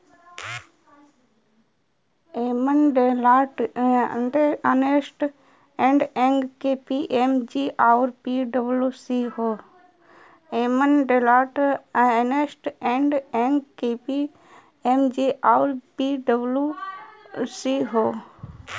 एमन Deloitte, Ernst and Young, KPMG आउर पी.डब्ल्यू.सी हौ